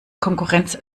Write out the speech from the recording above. konkurrenz